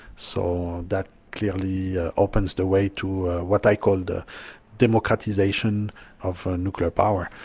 so that clearly opens the way to what i call the democratisation of nuclear power.